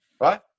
right